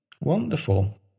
wonderful